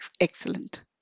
excellent